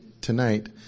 tonight